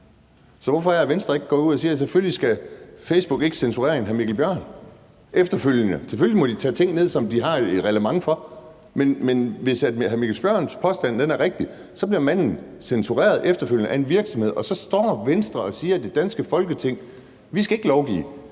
og har sagt, at selvfølgelig skal Facebook ikke censurere en hr. Mikkel Bjørn? Selvfølgelig må de tage ting ned, som de har et reglement for, men hvis hr. Mikkel Bjørns påstand er rigtig, bliver manden censureret efterfølgende af en virksomhed, og så står Venstre og siger i det danske Folketing, at vi ikke skal lovgive,